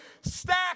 stack